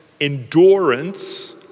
endurance